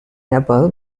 apple